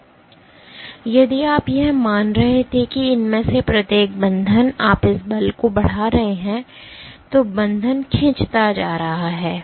इसलिए यदि आप यह मान रहे थे कि इनमें से प्रत्येक बंधन आप इस बल को बढ़ा रहे हैं तो बंधन खिंचता जा रहा है